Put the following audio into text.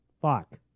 Fuck